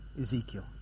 Ezekiel